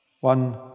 One